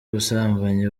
ubusambanyi